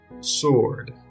sword